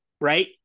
right